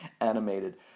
animated